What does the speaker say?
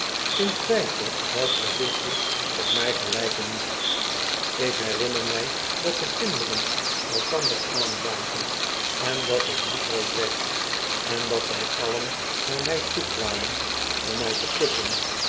staan intwijfel welk gezichtje op mij gelijken moest ik herinner mij dat de kinderen elkander aanzagen en dat ik bloedrood werd en dat zij alien naar mij toe kwamen om mij te kussen